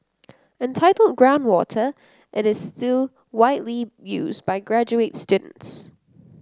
entitled Groundwater it is still widely used by graduate students